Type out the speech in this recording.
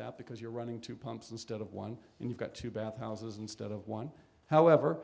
that because you're running two pumps instead of one and you've got two bath houses instead of one however